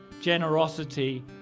generosity